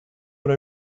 know